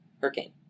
hurricane